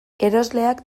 erosleak